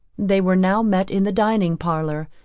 they were now met in the dining parlour,